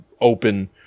open